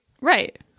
Right